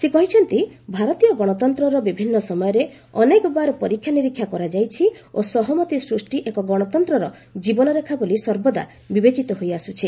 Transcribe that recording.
ସେ କହିଛନ୍ତି ଭାରତୀୟ ଗଣତନ୍ତ୍ରର ବିଭିନ୍ନ ସମୟରେ ଅନେକବାର ପରୀକ୍ଷାନିରୀକ୍ଷା କରାଯାଇଛି ଓ ସହମତି ସୃଷ୍ଟି ଏକ ଗଣତନ୍ତ୍ରର ଜୀବନରେଖା ବୋଲି ସର୍ବଦା ବିବେଚିତ ହୋଇଆସୁଛି